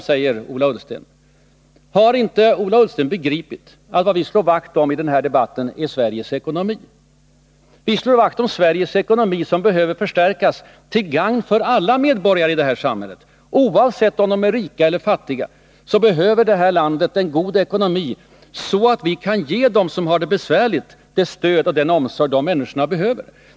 frågar Ola Ullsten. Har inte Ola Ullsten begripit att vad vi slår vakt om, det är Sveriges ekonomi, som behöver förstärkas till gagn för alla medborgare i det här samhället, oavsett om de är rika eller fattiga? Vårt land behöver god ekonomi, så att vi kan ge dem som har det besvärligt det stöd och den omsorg de människorna behöver.